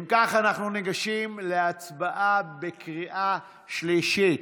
אם כך, אנחנו ניגשים להצבעה בקריאה שלישית,